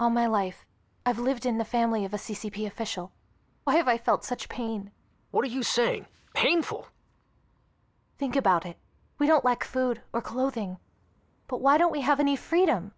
all my life i've lived in the family of a c c p official why have i felt such pain what do you say painful think about it we don't like food or clothing but why don't we have any freedom